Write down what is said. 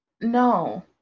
no